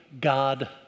God